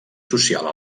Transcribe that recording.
social